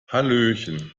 hallöchen